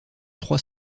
trois